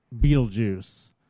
Beetlejuice